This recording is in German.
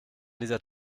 dieser